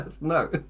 no